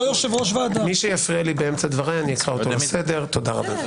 תודה רבה.